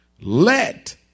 Let